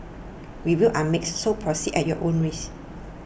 reviews are mixed so proceed at your own risk